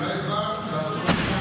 אולי כבר לעשות,